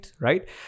right